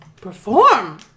perform